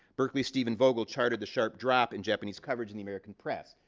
berkeley steven vogel charted the sharp drop in japanese coverage in the american press.